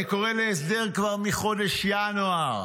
אני קורא להסדר כבר מחודש ינואר,